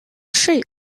shape